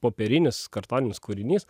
popierinis kartoninis kūrinys